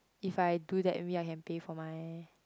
if I do that maybe I can pay for my